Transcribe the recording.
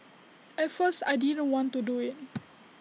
at first I didn't want to do IT